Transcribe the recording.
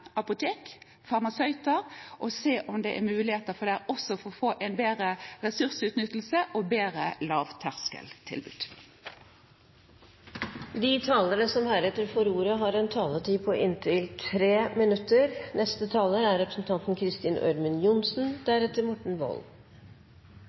og å se om det er muligheter også for å få en bedre ressursutnyttelse og bedre lavterskeltilbud. De talere som heretter får ordet, har en taletid på inntil 3 minutter.